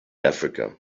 africa